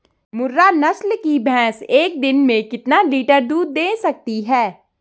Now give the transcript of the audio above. मुर्रा नस्ल की भैंस एक दिन में कितना लीटर दूध दें सकती है?